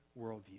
worldview